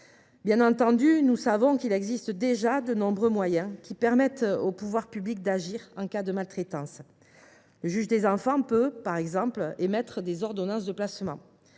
Bien entendu, nous savons qu’il existe déjà de nombreux moyens qui permettent aux pouvoirs publics d’agir en cas de maltraitance. Le juge des enfants peut, par exemple, émettre des ordonnances de placement.